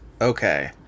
Okay